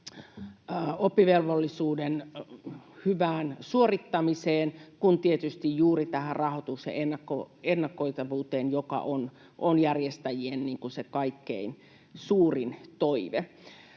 oppivelvollisuuden hyvään suorittamiseen kuin tietysti juuri tähän rahoituksen ennakoitavuuteen, joka on se järjestäjien kaikkein suurin toive.